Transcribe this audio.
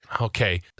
Okay